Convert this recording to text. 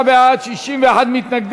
59 בעד, 61 מתנגדים.